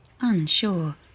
unsure